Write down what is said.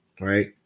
Right